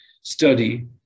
study